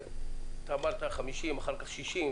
שאמרת 50 ואחר-כך 60,